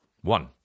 One